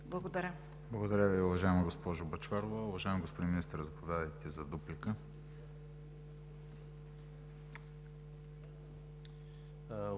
МАРЕШКИ: Благодаря Ви, уважаема госпожо Бъчварова. Уважаеми господин Министър, заповядайте за дуплика.